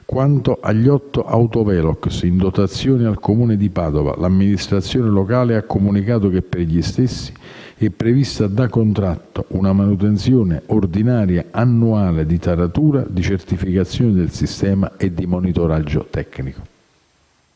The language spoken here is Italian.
Quanto agli otto autovelox in dotazione al Comune di Padova, l'amministrazione locale ha comunicato che per gli stessi è prevista da contratto una manutenzione ordinaria annuale di taratura, di certificazione del sistema e di monitoraggio tecnico.